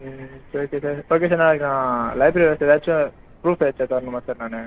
ம் it's okay sir okay sir நாளைக்கு நான் லைப்ரரி வர்றதுக்கு ஏதாச்சும் ப்ரூஃப் ஏதாச்சும் எடுத்துகிட்டு வரணுமா சார் நானு